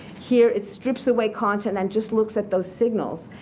here it strips away content and just looks at those signals.